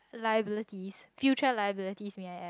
liabilities future liabilities may I add